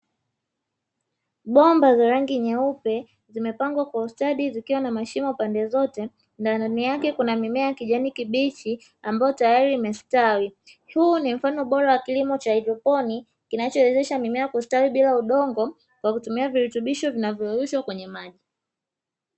Bomba za rangi nyeupe zimepangwa kwa ustadi zikiwa na mashimo pande zote. Ndani yake kukiwa na mimea ya kijani kibichi ambayo imestawi. Huu ni mfano bora wa kilimo cha haidroponi kinachowezesha mimea kustawi bila udongo kwa kutumia virutubisho vilivyoyeyushwa kwenye maji.